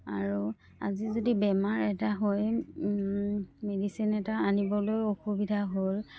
আৰু আজি যদি বেমাৰ এটা হয় মেডিচিন এটা আনিবলৈও অসুবিধা হ'ল